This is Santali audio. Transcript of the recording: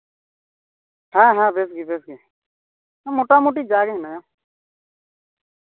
ᱦᱮᱸ ᱦᱮᱸ ᱵᱮᱥ ᱜᱮ ᱵᱮᱥ ᱜᱮ ᱢᱳᱴᱟᱢᱩᱴᱤ ᱡᱟᱜᱮ ᱢᱮᱱᱟᱭᱟ